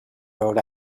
rhode